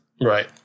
Right